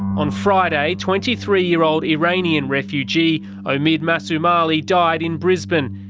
on friday, twenty three year old iranian refugee omid masoumali died in brisbane.